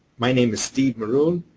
my name is steve maroon,